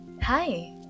Hi